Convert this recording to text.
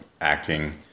acting